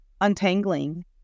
untangling